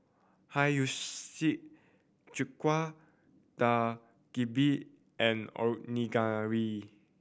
Hiyashi Chuka Dak Galbi and Onigiri